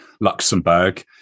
Luxembourg